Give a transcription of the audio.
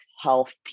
health